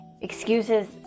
excuses